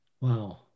wow